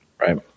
right